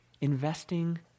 investing